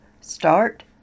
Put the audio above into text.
start